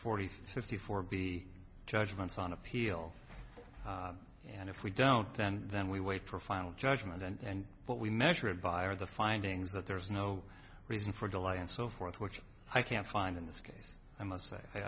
forty thirty four be judgments on appeal and if we don't then then we wait for final judgment and what we measured by are the findings that there is no reason for delay and so forth which i can't find in this case i must say i